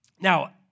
Now